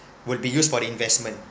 would be used for the investment